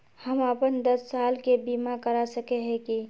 हम अपन दस साल के बीमा करा सके है की?